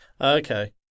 Okay